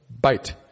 bite